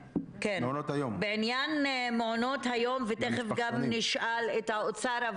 בעניין מעונות היום, וגם נשאל את האוצר.